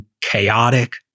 chaotic